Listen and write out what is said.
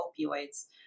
opioids